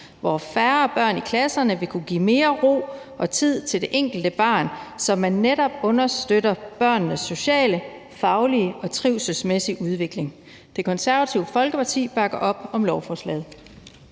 hvor færre børn i klasserne vil kunne give mere ro og tid til det enkelte barn, så man netop understøtter børnenes sociale, faglige og trivselsmæssige udvikling. Det Konservative Folkeparti bakker op om lovforslaget.